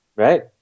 Right